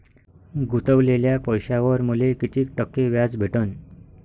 गुतवलेल्या पैशावर मले कितीक टक्के व्याज भेटन?